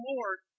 Lord